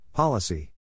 Policy